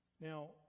Now